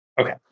Okay